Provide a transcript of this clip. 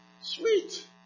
Sweet